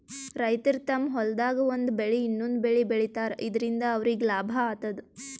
ರೈತರ್ ತಮ್ಮ್ ಹೊಲ್ದಾಗ್ ಒಂದ್ ಬೆಳಿ ಇನ್ನೊಂದ್ ಬೆಳಿ ಬೆಳಿತಾರ್ ಇದರಿಂದ ಅವ್ರಿಗ್ ಲಾಭ ಆತದ್